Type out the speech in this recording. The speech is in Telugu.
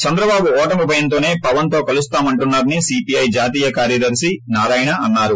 చంద్రబాబు ఓటమి భయంతోసే పవన్తో కలుస్తామంటున్నారని సీపీఐ జాతీయ కార్యదర్శి నారాయణ అన్నారు